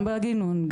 גם בגינון,